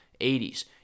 80s